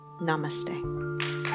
Namaste